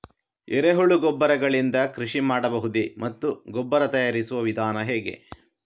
ಎರೆಹುಳು ಗೊಬ್ಬರ ಗಳಿಂದ ಕೃಷಿ ಮಾಡಬಹುದೇ ಮತ್ತು ಗೊಬ್ಬರ ತಯಾರಿಸುವ ವಿಧಾನ ಹೇಗೆ?